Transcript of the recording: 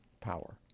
power